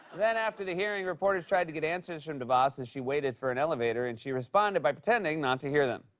then, after the hearing, reporters tried to get answers from devos as she waited for an elevator, and she responded by pretending not to hear them.